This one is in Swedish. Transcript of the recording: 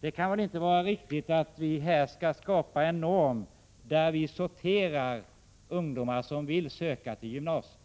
Det kan inte vara riktigt att riksdagen skapar en norm, där vi sorterar ungdomar som vill söka till gymnasiet.